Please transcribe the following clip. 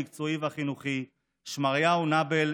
המקצועי והחינוכי שמריהו נאבל,